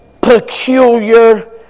peculiar